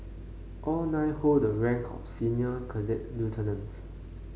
all nine hold the rank of senior cadet lieutenant